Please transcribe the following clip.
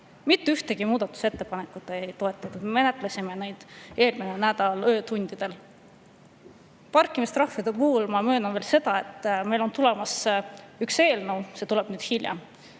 Mitte ühtegi meie muudatusettepanekut ei toetatud. Me menetlesime neid eelmisel nädalal öötundidel. Parkimistrahvide puhul ma märgin veel seda, et meil on tulemas üks eelnõu, see tuleb hiljem.